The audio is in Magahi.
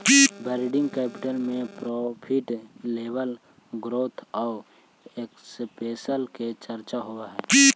वर्किंग कैपिटल में प्रॉफिट लेवल ग्रोथ आउ एक्सपेंशन के चर्चा होवऽ हई